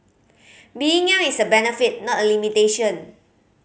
being young is a benefit not a limitation